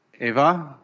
Eva